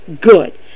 good